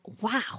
wow